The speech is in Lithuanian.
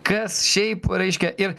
kas šiaip reiškia ir